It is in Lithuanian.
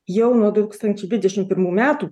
jau nuo dūkstančiai dvidešimt pirmų metų